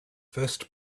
first